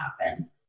happen